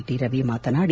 T Ravi ಮಾತನಾಡಿ